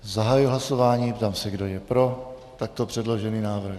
Zahajuji hlasování a ptám se, kdo je pro takto předložený návrh.